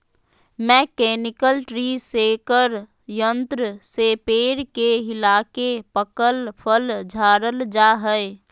mechanical tree shaker यंत्र से पेड़ के हिलाके पकल फल झारल जा हय